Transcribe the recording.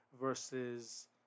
versus